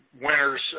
winners